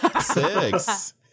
Six